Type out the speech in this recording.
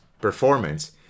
performance